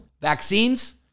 Vaccines